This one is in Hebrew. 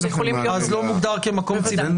אז לא מוגדר כמקום ציבורי.